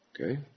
Okay